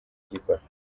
igikora